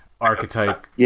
archetype